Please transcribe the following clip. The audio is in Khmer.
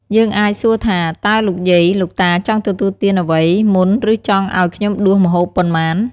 យើងអាចសួរថាតើលោកយាយ លោកតាចង់ទទួលទានអ្វីមុនឬចង់ឱ្យខ្ញំុដួសម្ហូបប៉ុន្មាន?